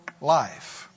life